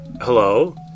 hello